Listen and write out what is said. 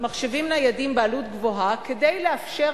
מחשבים ניידים בעלות גבוהה כדי לאפשר,